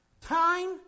Time